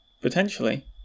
potentially